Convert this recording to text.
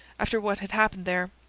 after what had happened there.